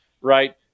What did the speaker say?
right